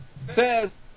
says